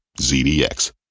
ZDX